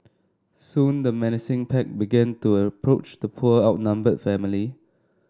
soon the menacing pack began to approach the poor outnumbered family